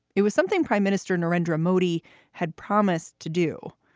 it was something prime minister narendra modi had promised to do.